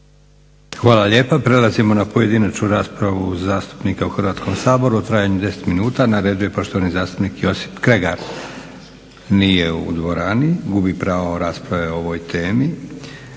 Hvala lijepa. Prelazimo na pojedinačnu raspravu zastupnika u Hrvatskom saboru u trajanju od 10 minuta. Na redu je poštovani zastupnik Josip Kregar. Nije u dvorani, gubi pravo rasprave o ovoj temi.